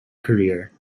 career